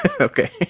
Okay